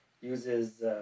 uses